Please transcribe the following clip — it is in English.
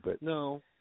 No